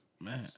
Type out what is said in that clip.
Man